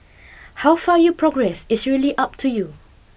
how far you progress is really up to you